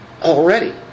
already